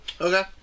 Okay